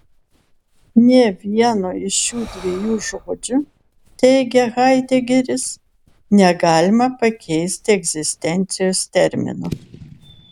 nė vieno iš šių dviejų žodžių teigia haidegeris negalima pakeisti egzistencijos terminu